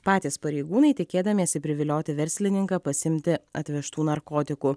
patys pareigūnai tikėdamiesi privilioti verslininką pasiimti atvežtų narkotikų